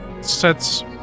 sets